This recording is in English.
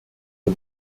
for